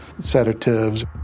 sedatives